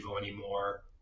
anymore